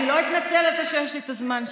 אני לא אתנצל על זה שיש לי את הזמן שלי.